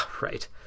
right